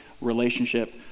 relationship